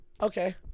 Okay